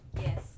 yes